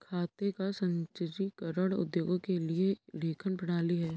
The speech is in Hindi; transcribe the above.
खाते का संचीकरण उद्योगों के लिए एक लेखन प्रणाली है